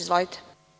Izvolite.